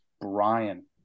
brian